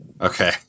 Okay